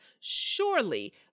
Surely